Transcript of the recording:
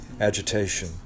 Agitation